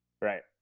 Right